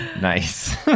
nice